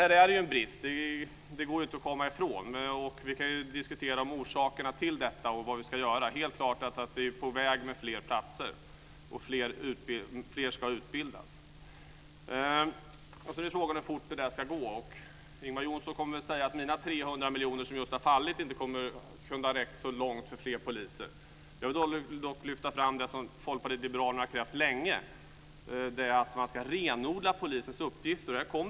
Det går inte att komma ifrån att det råder en brist på det området. Vi kan diskutera orsakerna till den och vad vi ska göra åt den. Det är helt klart att fler poliser ska utbildas. Frågan är hur snabbt detta ska genomföras. Ingvar Johnsson kommer att säga att min satsning om 300 miljoner som just har fallit inte skulle ha räckt till särskilt många fler nya poliser. Jag vill dock lyfta fram det som Folkpartiet liberalerna har krävt länge, nämligen att polisens uppgifter ska renodlas.